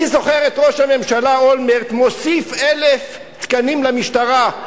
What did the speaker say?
אני זוכר את ראש הממשלה אולמרט מוסיף 1,000 תקנים למשטרה,